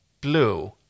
Blue